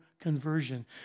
conversion